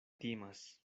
timas